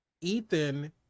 Ethan